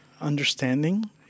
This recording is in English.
understanding